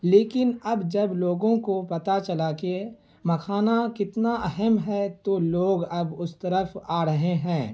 لیکن اب جب لوگوں کو پتہ چلا کہ مکھانہ کتنا اہم ہے تو لوگ اب اس طرف آ رہے ہیں